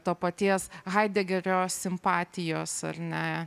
to paties haidegerio simpatijos ar ne